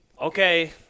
okay